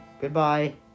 Goodbye